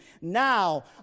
now